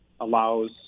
allows